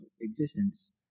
existence